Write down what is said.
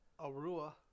Arua